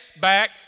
back